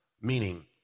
Meaning